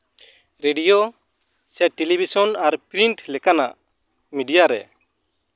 radio ᱥᱮ television ᱟᱨ print ᱞᱮᱠᱟᱱᱟᱜ ᱢᱤᱰᱤᱭᱟ ᱨᱮ